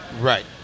Right